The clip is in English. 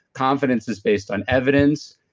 confidence is based on evidence.